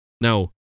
Now